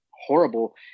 horrible